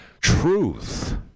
truth